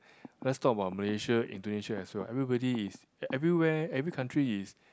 let's talk about Malaysia Indonesia as well everybody is everywhere every country is